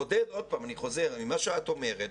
מה שאת אומרת,